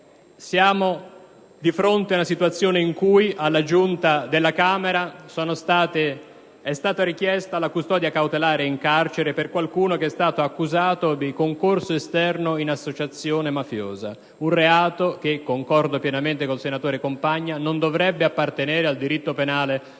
siamo di fronte a una situazione in cui alla Giunta per le autorizzazioni della Camera dei deputati è stata richiesta la custodia cautelare in carcere per qualcuno che è stato accusato di concorso esterno in associazione mafiosa, un reato che - concordo pienamente con il senatore Compagna - non dovrebbe appartenere al diritto penale di